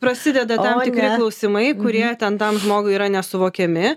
prasideda tam tikri klausimai kurie ten tam žmogui yra nesuvokiami